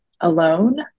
alone